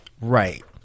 Right